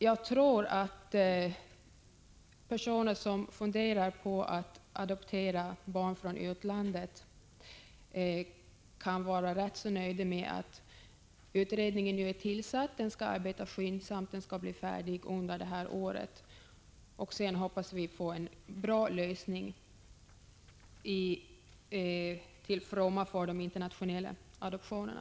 Jag tror att personer som funderar på att adoptera barn från utlandet kan vara rätt nöjda med att utredningen är tillsatt, att den skall arbeta skyndsamt och bli färdig under året och att vi sedan kan hoppas på en bra lösning, till fromma för de internationella adoptionerna.